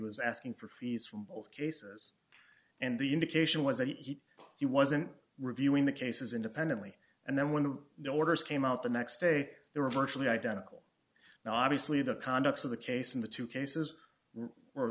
was asking for fees from both cases and the indication was that he he wasn't reviewing the cases independently and then when the new orders came out the next day they were virtually identical now obviously the conduct of the case in the two cases